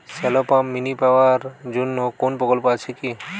Shallow pump mini power জন্য কোনো প্রকল্প আছে কি?